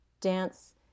dance